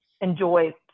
enjoy